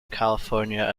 california